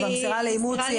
כי מסירה לאימוץ היא